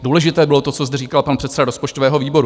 Důležité bylo to, co zde říkal pan předseda rozpočtového výboru.